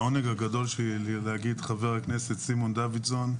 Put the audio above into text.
עונג גדול בשבילי להגיד "חבר הכנסת סימון דוידסון".